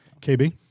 KB